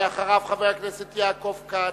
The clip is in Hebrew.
אחריו, חבר הכנסת יעקב כץ,